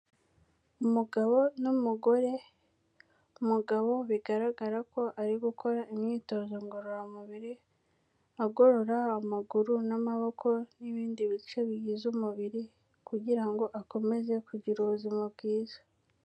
Umugabo n'umugore, umugabo bigaragara ko ari gukora imyitozo ngororamubiri, agorora amaguru n'amaboko n'ibindi bice bigize umubiri kugira ngo akomeze kugira ubuzima bwiza.